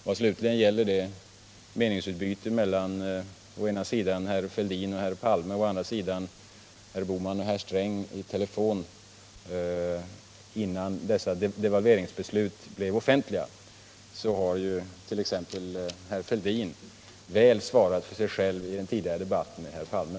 Vad slutligen gäller meningsutbytena å ena sidan mellan herr Fälldin och herr Palme och å andra sidan mellan herr Bohman och herr Sträng i telefon innan devalveringsbesluten blev offentliga, så har t.ex. herr Fälldin svarat väl för sig själv i den tidigare debatten med herr Palme.